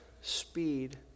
speed